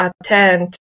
attend